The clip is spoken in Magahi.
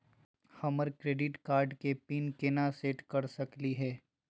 हमर क्रेडिट कार्ड के पीन केना सेट कर सकली हे?